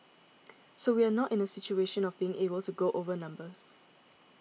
so we are not in a situation of being able to go over numbers